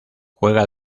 juega